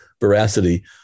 veracity